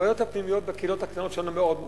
הבעיות הפנימיות בקהילות הקטנות שלנו מאוד מורכבות.